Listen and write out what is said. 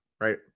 right